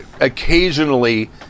occasionally